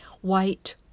white